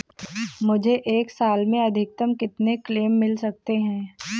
मुझे एक साल में अधिकतम कितने क्लेम मिल सकते हैं?